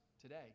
today